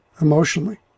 emotionally